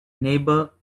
neighbor